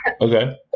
Okay